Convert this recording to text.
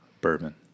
Bourbon